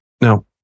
no